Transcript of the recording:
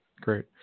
great